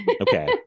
Okay